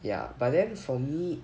ya but then for me